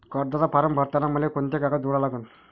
कर्जाचा फारम भरताना मले कोंते कागद जोडा लागन?